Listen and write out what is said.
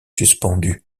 suspendue